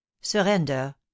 surrender